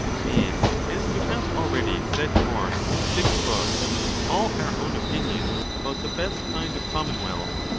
and as we have already set forth in six books all our own opinions about the best kind of commonwealth,